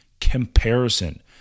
comparison